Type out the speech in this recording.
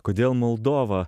kodėl moldova